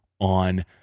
on